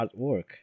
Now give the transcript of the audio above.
artwork